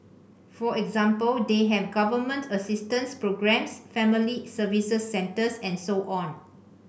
for example they have Government assistance programmes Family Service Centres and so on